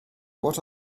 what